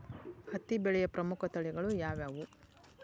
ಹತ್ತಿ ಬೆಳೆಯ ಪ್ರಮುಖ ತಳಿಗಳು ಯಾವ್ಯಾವು?